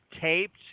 taped